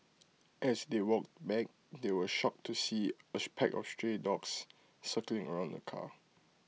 as they walked back they were shocked to see A pack of stray dogs circling around the car